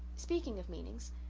speaking of meanings,